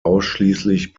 ausschließlich